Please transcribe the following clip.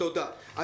תודה.